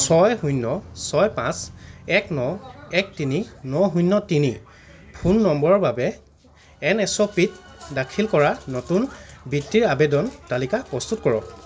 ছয় শূন্য ছয় পাঁচ এক ন এক তিনি ন শূন্য তিনি ফোন নম্বৰৰ বাবে এন এছ অ' পিত দাখিল কৰা নতুন বৃত্তিৰ আবেদন তালিকা প্ৰস্তুত কৰক